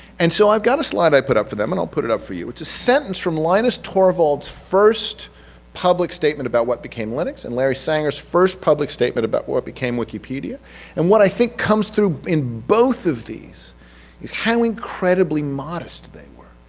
and so i've got a slide i put up for them and i'll put it up for you. it's a sentence from linus torvalds first public statement about what became linux and larry sanger's first public statement about what became wikipedia and what i think comes through both of these is how incredibly modest they were.